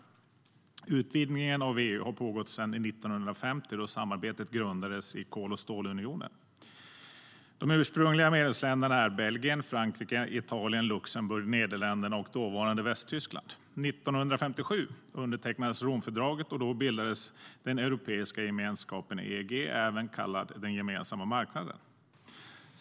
Utvidgningen av EU har pågått sedan 1950, då samarbetet grundades i kol och stålunionen. De ursprungliga medlemsländerna var Belgien, Frankrike, Italien, Luxemburg, Nederländerna och dåvarande Västtyskland.År 1957 undertecknades Romfördraget, och då bildades den europeiska gemenskapen, EEG, även kallad den gemensamma marknaden.